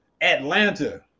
Atlanta